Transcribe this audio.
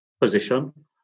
position